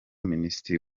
minisitiri